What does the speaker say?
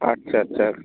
ਅੱਛਾ ਅੱਛਾ